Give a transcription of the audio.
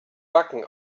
backen